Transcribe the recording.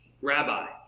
Rabbi